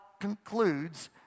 concludes